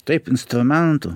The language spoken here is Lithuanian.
taip instrumentu